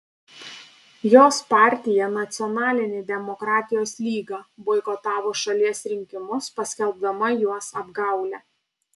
jos partija nacionalinė demokratijos lyga boikotavo šalies rinkimus paskelbdama juos apgaule